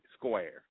Square